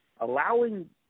allowing